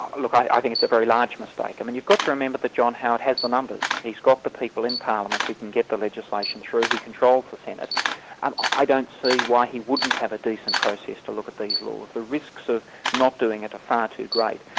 ah look, i i think it's a very large mistake. um and you've got to remember that john howard has the numbers. he's got the people in parliament who can get the legislation through, he controls the senate, and i don't see why he wouldn't have a decent process to look at these laws. the risks of not doing it are far too great.